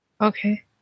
Okay